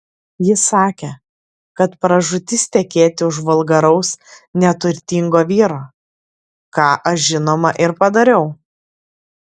ji sakė kad pražūtis tekėti už vulgaraus neturtingo vyro ką aš žinoma ir padariau